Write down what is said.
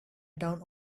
down